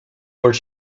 where